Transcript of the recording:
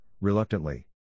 reluctantly